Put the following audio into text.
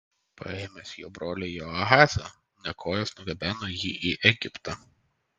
paėmęs jo brolį jehoahazą nekojas nugabeno jį į egiptą